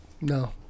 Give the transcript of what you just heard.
No